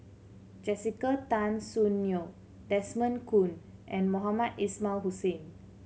Jessica Tan Soon Neo Desmond Kon and Mohamed Ismail Hussain